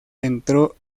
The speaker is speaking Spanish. entró